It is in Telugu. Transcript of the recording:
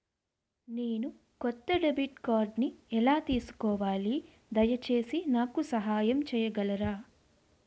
నేను కొత్త డెబిట్ కార్డ్ని ఎలా తీసుకోవాలి, దయచేసి నాకు సహాయం చేయగలరా?